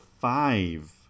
five